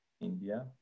India